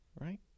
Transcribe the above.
right